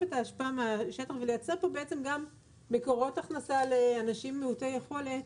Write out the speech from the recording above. את האשפה מהשטח ולייצר מקורות הכנסה לאנשים מעוטי יכולת.